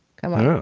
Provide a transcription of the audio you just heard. come on.